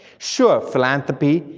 sure, philanthropy,